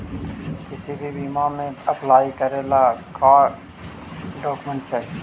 किसी भी बीमा में अप्लाई करे ला का क्या डॉक्यूमेंट चाही?